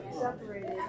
separated